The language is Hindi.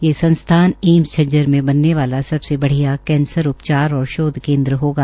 ये संस्थान एम्स झज्जर में बनने वाला सबसे बणिया कैंसर उपचार और शोध केन्द्र होगा